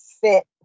fit